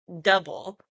double